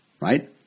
right